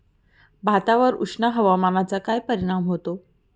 भातावर उष्ण हवामानाचा काय परिणाम होतो?